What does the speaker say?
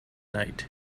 night